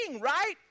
right